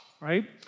right